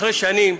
אחרי שנים,